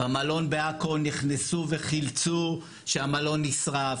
במלון בעכו נכנסו וחילצו כשהמלון נשרף.